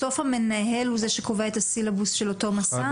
בסוף המנהל הוא זה שקובע את הסילבוס של אותו מסע?